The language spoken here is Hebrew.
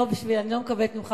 לא בשביל אני לא מקבלת ממך,